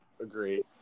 agree